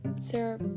Sarah